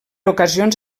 ocasions